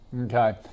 Okay